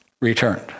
returned